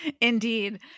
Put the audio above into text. Indeed